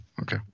Okay